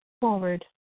forward